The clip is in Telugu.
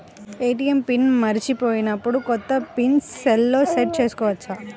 ఏ.టీ.ఎం పిన్ మరచిపోయినప్పుడు, కొత్త పిన్ సెల్లో సెట్ చేసుకోవచ్చా?